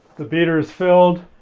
the beater is filled.